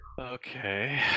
Okay